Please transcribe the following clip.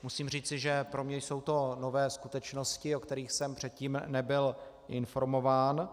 Musím říci, že pro mě jsou to nové skutečnosti, o kterých jsem předtím nebyl informován.